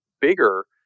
bigger